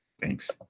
Thanks